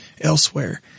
elsewhere